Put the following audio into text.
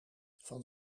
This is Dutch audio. van